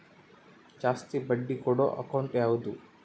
ಜಾಸ್ತಿ ಬಡ್ಡಿ ಕೊಡೋ ಅಕೌಂಟ್ ಯಾವುದು?